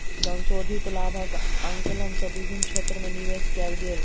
संशोधित लाभक आंकलन सँ विभिन्न क्षेत्र में निवेश कयल गेल